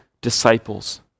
disciples